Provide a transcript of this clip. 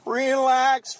relax